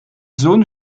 zone